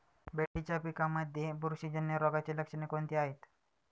भेंडीच्या पिकांमध्ये बुरशीजन्य रोगाची लक्षणे कोणती आहेत?